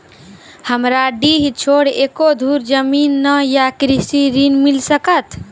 हमरा डीह छोर एको धुर जमीन न या कृषि ऋण मिल सकत?